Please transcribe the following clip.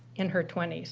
in her twenty s,